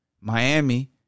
Miami